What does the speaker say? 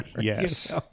Yes